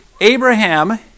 Abraham